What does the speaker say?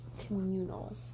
communal